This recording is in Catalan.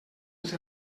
els